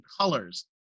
colors